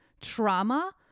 trauma